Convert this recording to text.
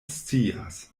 scias